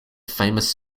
famous